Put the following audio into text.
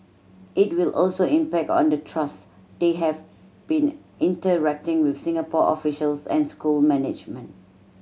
it will also impact on the trust they have been interacting with Singapore officials and school management